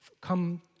come